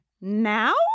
now